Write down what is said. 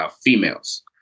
females